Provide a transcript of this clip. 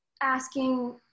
asking